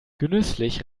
genüsslich